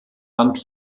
land